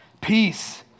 peace